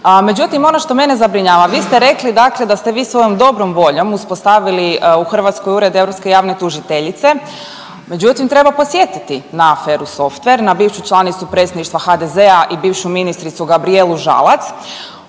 međutim, ono što mene zabrinjava, vi ste rekli da ste svojom dobrom voljom uspostavili u Hrvatskoj Ured europske javne tužiteljice, međutim treba podsjetiti na aferu Softver na bivšu članicu predsjedništva HDZ-a i bivšu ministricu Gabrijelu Žalac